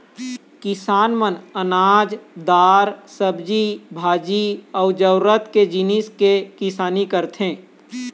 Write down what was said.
किसान मन अनाज, दार, सब्जी भाजी अउ जरूरत के जिनिस के किसानी करथे